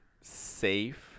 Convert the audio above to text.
safe